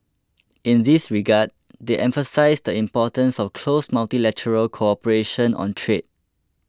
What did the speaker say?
in this regard they emphasised the importance of close multilateral cooperation on trade